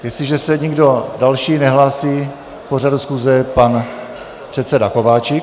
Jestliže se nikdo další nehlásí k pořadu schůze pan předseda Kováčik.